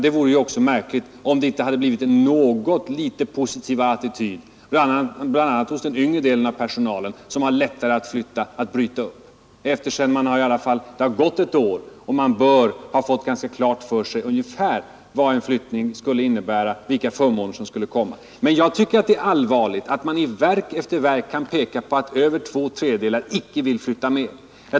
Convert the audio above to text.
Det vore ju också märkligt, om det inte hade blivit en något litet mera positiv attityd bland annat hos den yngre delen av personalen som har lättare att flytta, att bryta upp, efter det att det har gått ett år och man nu bör ha fått ganska klart för sig ungefär vad en flyttning skulle innebära, vilka förmåner som skulle vara förenade därmed etc. Men jag tycker det är allvarligt att man i verk efter verk kan peka på att över två tredjedelar av personalen icke vill flytta med.